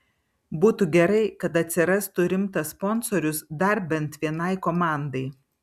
būtų gerai kad atsirastų rimtas sponsorius dar bent vienai komandai